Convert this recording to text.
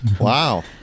Wow